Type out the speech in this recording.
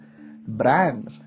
brand